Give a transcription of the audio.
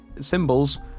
symbols